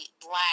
black